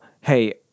hey